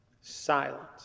silence